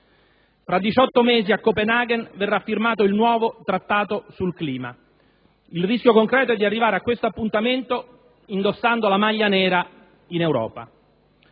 Fra 18 mesi a Copenaghen verrà firmato il nuovo Trattato sul clima: il rischio concreto è di arrivare a questo appuntamento indossando la maglia nera d'Europa.